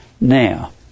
Now